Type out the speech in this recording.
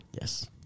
Yes